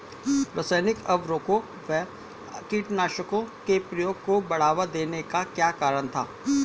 रासायनिक उर्वरकों व कीटनाशकों के प्रयोग को बढ़ावा देने का क्या कारण था?